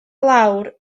lawr